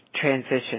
transition